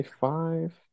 five